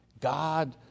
God